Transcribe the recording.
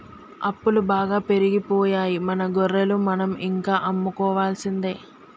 అప్పులు బాగా పెరిగిపోయాయి మన గొర్రెలు మనం ఇంకా అమ్ముకోవాల్సిందే